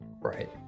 Right